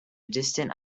distant